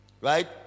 right